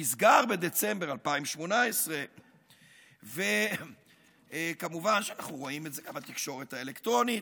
נסגר בדצמבר 2018. כמובן שאנו רואים את זה גם בתקשורת האלקטרונית.